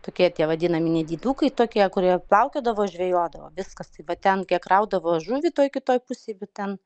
tokie tie vadinami nedidukai tokie kurie plaukiodavo žvejodavo viskas tai va ten kiek kraudavo žuvį toj kitoj pusėj bet ten